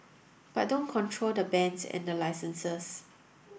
but don't control the bands and the licenses